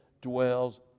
dwells